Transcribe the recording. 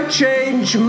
change